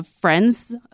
friends